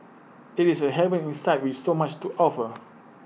IT is A haven inside with so much to offer